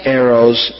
arrows